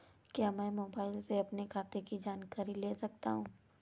क्या मैं मोबाइल से अपने खाते की जानकारी ले सकता हूँ?